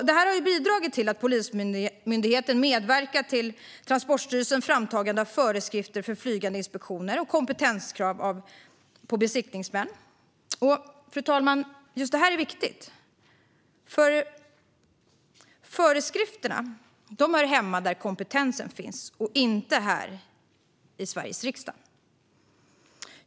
Det har bidragit till att Polismyndigheten har medverkat till Transportstyrelsens framtagande av föreskrifter för flygande inspektioner och kompetenskrav på besiktningsmän. Fru talman! Just det här är viktigt. Föreskrifterna hör hemma där kompetensen finns och inte här i Sveriges riksdag.